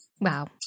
Wow